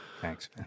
Thanks